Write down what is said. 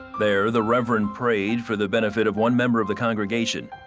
there, the reverend prayed for the benefit of one member of the congregation,